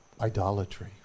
idolatry